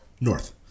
North